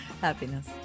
Happiness